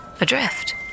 Adrift